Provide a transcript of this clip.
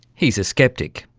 he's a sceptic.